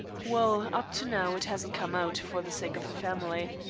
well, up to now it hasn't come out, for the sake of the family.